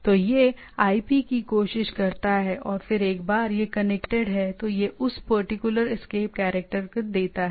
तो यह आईपी की कोशिश करता है और फिर एक बार यह कनेक्टेड है तो यह उस पर्टिकुलर एस्केप कैरक्टर देता है